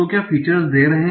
तो क्या फीचर्स दे रहे हैं